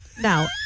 Now